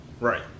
Right